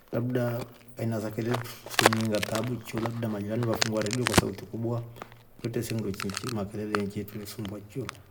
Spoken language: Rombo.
Labda aina sa kelele sekuniinga tabu ye chio labda majirani vafungua rediyo kwa sauti kubwa, kwetre makelele engi yetusumbua chio.